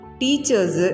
teachers